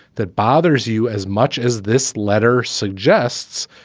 that bothers you as much as this letter suggests,